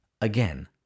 again